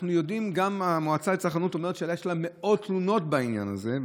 גם המועצה לצרכנות אומרת שיש לה מאות תלונות בעניין הזה,